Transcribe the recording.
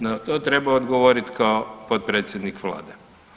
Na to treba odgovoriti kao potpredsjednik Vlade.